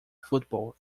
football